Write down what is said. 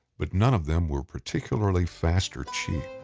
but none of them were particularly fast or cheap.